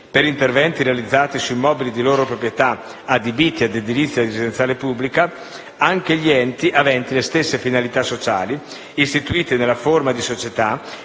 per interventi realizzati su immobili di loro proprietà adibiti ad edilizia residenziale pubblica, anche gli enti aventi le stesse finalità sociali, istituiti nella forma di società